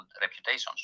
Reputations